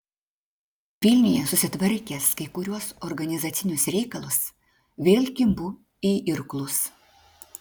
vilniuje susitvarkęs kai kuriuos organizacinius reikalus vėl kimbu į irklus